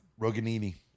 Roganini